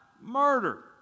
murder